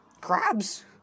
crabs